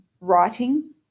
writing